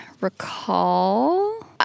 recall